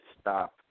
stop